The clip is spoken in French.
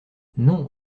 non